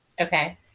Okay